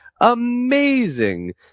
amazing